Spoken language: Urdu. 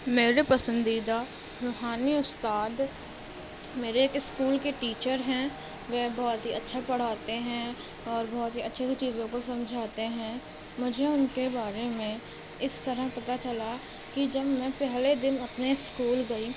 میرے پسندیدہ روحانی اُستاد میرے ایک اسکول کے ٹیچر ہیں وہ بہت ہی اچھا پڑھاتے ہیں اور بہت ہی اچھے سے چیزوں کو سمجھاتے ہیں مجھے اُن کے بارے میں اِس طرح پتہ چلا کہ جب میں پہلے دِن اپنے اسکول گئی